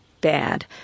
bad